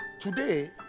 today